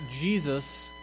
Jesus